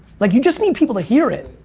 like you just need people to hear it.